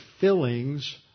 fillings